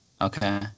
Okay